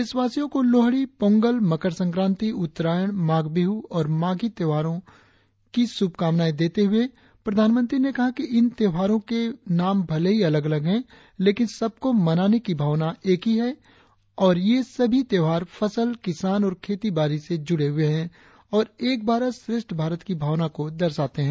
देशवासियो को लोहड़ी पोंगल मकर संक्रांति उत्तरायण माघ बिहू और माघी त्योहारों की शुभकामनाएं देते हुए प्रधानमंत्री ने कहा कि इन त्योहारों के नाम भले ही अलग अलग हैं लेकिन सबको मनाने की भावना एक ही है और ये सभी त्योहार फसल किसान और खेती बारी से जुड़े है और एक भारत श्रेष्ठ भारत की भावना को दर्शाते है